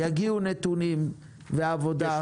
יגיעו נתונים ועבודה,